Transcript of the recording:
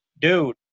dude